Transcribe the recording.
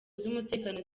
z’umutekano